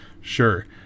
Sure